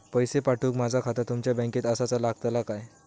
पैसे पाठुक माझा खाता तुमच्या बँकेत आसाचा लागताला काय?